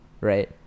Right